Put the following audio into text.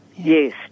Yes